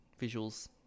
Visuals